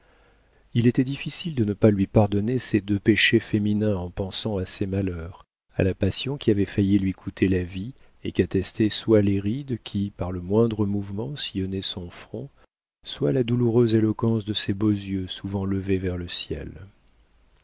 il était difficile de ne pas lui pardonner ces deux péchés féminins en pensant à ses malheurs à la passion qui avait failli lui coûter la vie et qu'attestaient soit les rides qui par le moindre mouvement sillonnaient son front soit la douloureuse éloquence de ses beaux yeux souvent levés vers le ciel